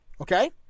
okay